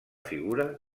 figura